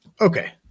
Okay